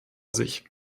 sich